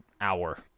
hour